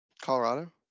Colorado